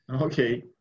okay